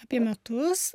apie metus